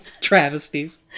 travesties